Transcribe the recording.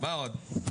מה עוד?